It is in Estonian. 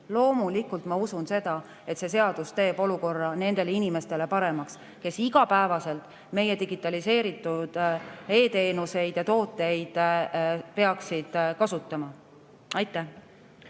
Loomulikult ma usun, et see seadus teeb olukorra nendele inimestele paremaks, kui nad iga päev meie digitaliseeritud e-teenuseid peaksid kasutama. Aitäh